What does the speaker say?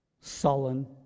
sullen